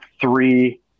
three